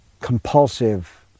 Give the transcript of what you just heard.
compulsive